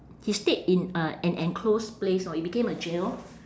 he stayed in a an enclosed place lor it became a jail